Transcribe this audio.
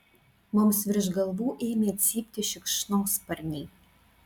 mums virš galvų ėmė cypti šikšnosparniai